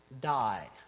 die